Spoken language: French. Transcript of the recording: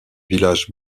villages